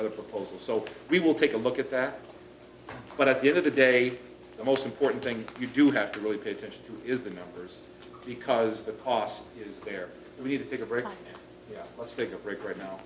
for the proposal so we will take a look at that but at the end of the day the most important thing you do have to really pay attention to is the numbers because the cost is there really the figure very let's take a break right now